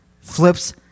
flips